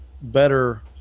better